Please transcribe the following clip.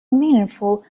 meaningful